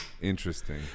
interesting